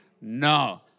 No